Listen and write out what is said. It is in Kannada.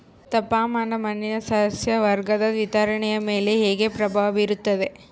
ತಾಪಮಾನ ಮಣ್ಣಿನ ಸಸ್ಯವರ್ಗದ ವಿತರಣೆಯ ಮೇಲೆ ಹೇಗೆ ಪ್ರಭಾವ ಬೇರುತ್ತದೆ?